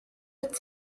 ერთ